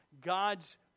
God's